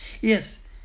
Yes